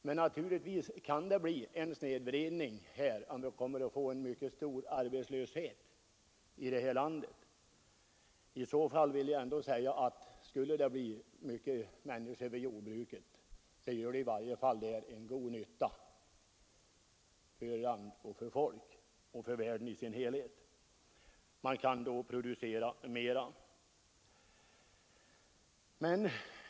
Men naturligtvis kan det bli en förändring om vi får en mycket stor arbetslöshet i detta land. Skulle det i så fall komma många människor till jordbruket gör de i varje fall god nytta där för landet, folket och världen i dess helhet. Man kan då producera mera.